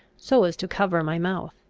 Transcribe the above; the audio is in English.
so as to cover my mouth.